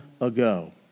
ago